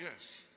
Yes